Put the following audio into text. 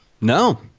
No